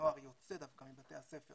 שהנוער יוצא דווקא מבתי הספר